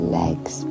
legs